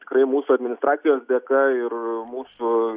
tikrai mūsų administracijos dėka ir mūsų